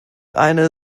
eine